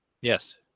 yes